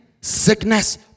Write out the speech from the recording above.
sickness